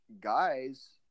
guys